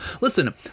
listen